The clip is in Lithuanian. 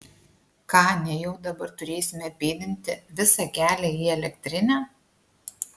ką nejau dabar turėsime pėdinti visą kelią į elektrinę